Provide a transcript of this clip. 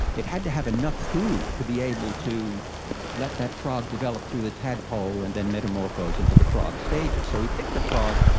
it had to have enough food to be able to let that frog develop through the tadpole and then metamorphose into the frog stages. so we picked a frog,